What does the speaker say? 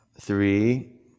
three